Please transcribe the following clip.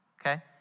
Okay